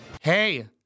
Hey